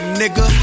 nigga